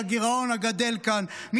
לגירעון הגדל כאן,